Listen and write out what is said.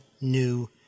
new